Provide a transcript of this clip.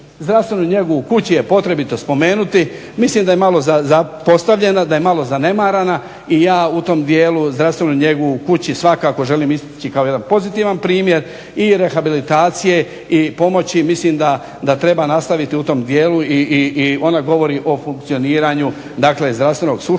Zdravstvenu njegu u kući je potrebito spomenuti. Mislim da je malo zapostavljena i zanemarena i ja u tom dijelu zdravstvenu njegu u kući svakako želim istaći kao jedan pozitivan primjer i rehabilitacije i pomoći i mislim da treba nastaviti u tom dijelu. Ona govori o funkcioniranju zdravstvenog sustava